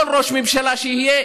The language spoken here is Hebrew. כל ראש ממשלה שיהיה,